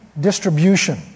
distribution